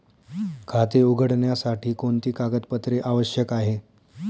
खाते उघडण्यासाठी कोणती कागदपत्रे आवश्यक आहे?